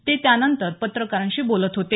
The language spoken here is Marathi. ते त्यानंतर पत्रकारांशी बोलत होते